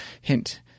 Hint